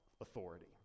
authority